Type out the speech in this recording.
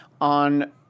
on